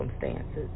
circumstances